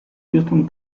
houston